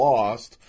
Lost